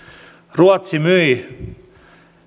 ruotsi myi